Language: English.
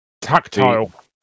Tactile